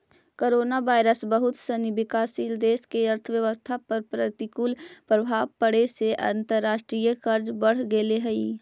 coronavirus बहुत सनी विकासशील देश के अर्थव्यवस्था पर प्रतिकूल प्रभाव पड़े से अंतर्राष्ट्रीय कर्ज बढ़ गेले हई